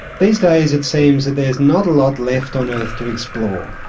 these days it seems that there's not a lot left on earth to explore.